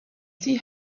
see